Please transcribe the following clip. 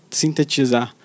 sintetizar